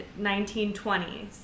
1920s